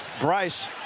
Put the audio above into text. Bryce